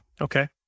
Okay